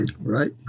right